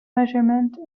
measurement